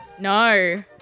No